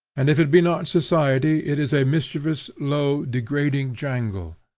and if it be not society, it is a mischievous, low, degrading jangle,